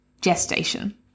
gestation